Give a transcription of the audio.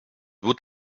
would